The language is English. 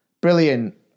brilliant